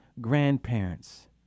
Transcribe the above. grandparents